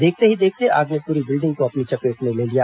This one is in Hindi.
देखते ही देखते आग ने पूरी बिल्डिंग को अपनी चपेट में ले लिया